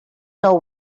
know